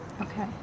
Okay